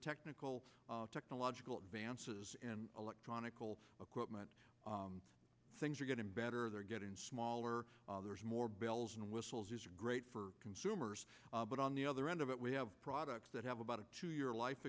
technical technological advances in electronical equipment things are getting better they're getting smaller there's more bells and whistles is great for consumers but on the other end of it we have products that have about a two year life